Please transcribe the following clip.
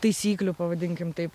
taisyklių pavadinkim taip